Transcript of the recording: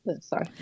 Sorry